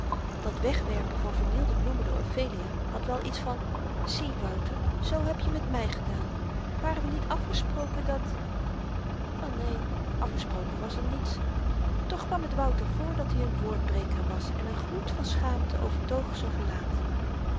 dat wegwerpen van vernielde bloemen door ophelia had wel iets van zie wouter z hebje met my gedaan waren we niet afgesproken dat wel neen afgesproken was er niets toch kwam t wouter voor dat-i n woordbreker was en n gloed van schaamte overtoog z'n gelaat